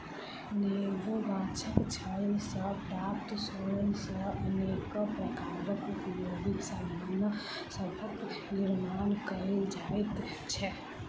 नेबो गाछक छाल सॅ प्राप्त सोन सॅ अनेक प्रकारक उपयोगी सामान सभक निर्मान कयल जाइत छै